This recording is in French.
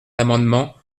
l’amendement